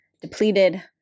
depleted